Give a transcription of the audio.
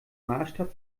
maßstab